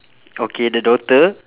okay the daughter